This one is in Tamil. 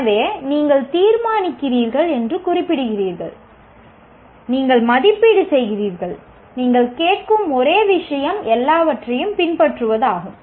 எனவே நீங்கள் தீர்மானிக்கிறீர்கள் என்று குறிப்பிடுகிறீர்கள் நீங்கள் மதிப்பீடு செய்கிறீர்கள் நீங்கள் கேட்கும் ஒரே விஷயம் எல்லாவற்றையும் பின்பற்றுவதாகும்